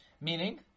Meaning